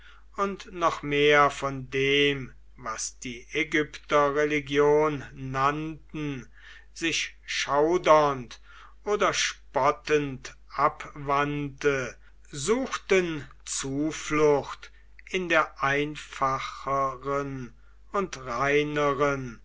und noch mehr von dem was die ägypter religion nannten sich schaudernd oder spottend abwandte suchten zuflucht in der einfacheren und reineren